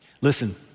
Listen